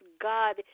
God